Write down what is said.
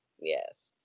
yes